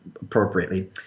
appropriately